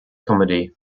comedy